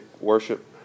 worship